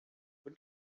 what